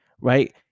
right